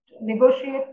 negotiate